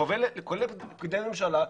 כולל לפקידי ממשלה,